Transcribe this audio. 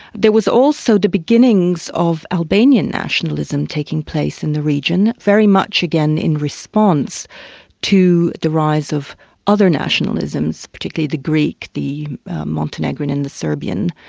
there was also the beginnings of albanian nationalism taking place in the region, very much again in response to the rise of other nationalisms, particularly the greek, the montenegran and the serbian,